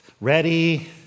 Ready